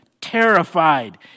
terrified